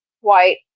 White